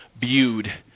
viewed